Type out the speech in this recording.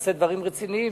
תעשה דברים רציניים.